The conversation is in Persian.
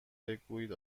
بگویید